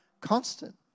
constant